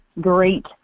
great